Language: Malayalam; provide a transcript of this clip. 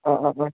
ആ ആ ആ